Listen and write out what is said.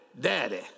daddy